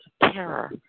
terror